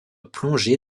plongé